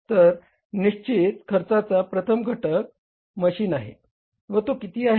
तर निश्चित खर्चाचा प्रथम घटक मशीन आहे व तो किती आहे